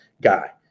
guy